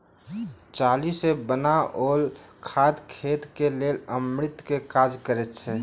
चाली सॅ बनाओल खाद खेतक लेल अमृतक काज करैत छै